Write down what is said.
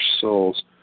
souls